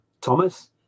Thomas